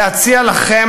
להציע לכם,